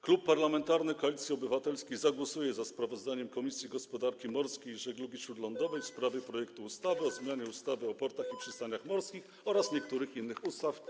Klub Parlamentarny Koalicji Obywatelskiej zagłosuje za sprawozdaniem Komisji Gospodarki Morskiej i Żeglugi Śródlądowej w sprawie projektu ustawy o zmianie ustawy o portach i przystaniach morskich oraz niektórych innych ustaw.